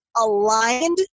aligned